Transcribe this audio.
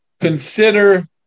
consider